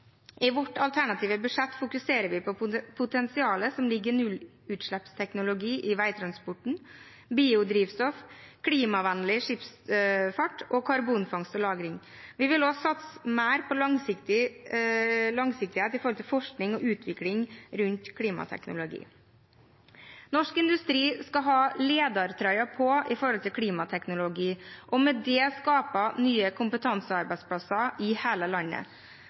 I vårt alternative budsjett fokuserer vi på potensialet som ligger i nullutslippsteknologi i veitransporten, biodrivstoff, klimavennlig skipsfart og karbonfangst og -lagring. Vi vil også satse mer på langsiktighet når det gjelder forskning og utvikling rundt klimateknologi. Norsk industri skal ha ledertrøyen på når det gjelder klimateknologi, og med det skape nye kompetansearbeidsplasser i hele landet.